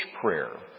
prayer